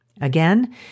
Again